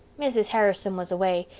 mrs. harrison was away.